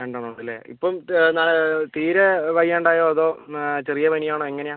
രണ്ട് എണ്ണം ഉണ്ട് അല്ലേ ഇപ്പോൾ തീരെ വയ്യാണ്ട് ആയോ അതോ ചെറിയ പനി ആണോ എങ്ങനെയാ